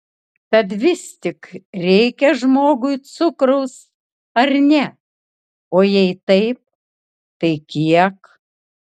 tad vis tik reikia žmogui cukraus ar ne o jei taip tai kiek